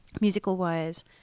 Musical-wise